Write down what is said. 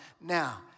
Now